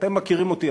ואתם מכירים אותי,